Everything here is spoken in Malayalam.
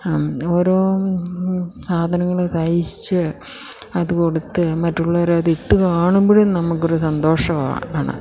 ഓരോ സാധനങ്ങൾ തയ്ച്ച് അത് കൊടുത്ത് മറ്റുള്ളവരതിട്ടു കാണുമ്പോഴും നമുക്കൊരു സന്തോഷമാണ്